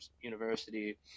university